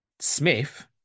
Smith